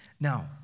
Now